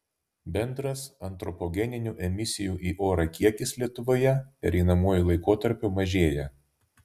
bendras antropogeninių emisijų į orą kiekis lietuvoje pereinamuoju laikotarpiu mažėja